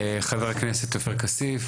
חבר הכנסת עופר כסיף,